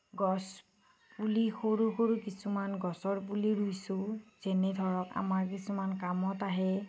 গছপুলি সৰু সৰু কিছুমান গছৰ পুলি ৰুইছোঁ যেনে ধৰক আমাৰ কিছুমান কামত আহে